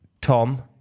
Tom